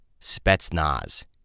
Spetsnaz